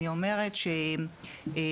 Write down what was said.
אני אומרת שחסר,